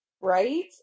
right